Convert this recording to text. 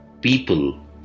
people